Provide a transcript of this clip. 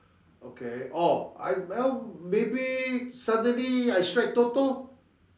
okay oh I well maybe suddenly I strike Toto